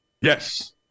Yes